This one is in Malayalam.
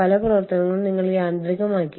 ഇത് മാതൃരാജ്യത്തെ ഒരു വ്യവസായമാണ്